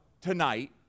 tonight